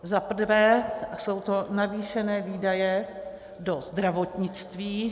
Za prvé jsou to navýšené výdaje do zdravotnictví.